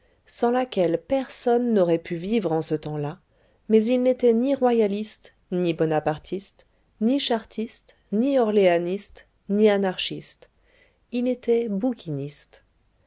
sans laquelle personne n'aurait pu vivre en ce temps-là mais il n'était ni royaliste ni bonapartiste ni chartiste ni orléaniste ni anarchiste il était bouquiniste